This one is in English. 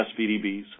SVDBs